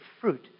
fruit